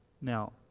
Now